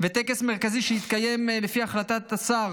וטקס מרכזי שיתקיים, לפי החלטת השר,